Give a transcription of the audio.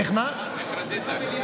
איך רזית.